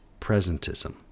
presentism